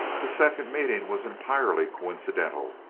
the second meeting was entirely coincidental,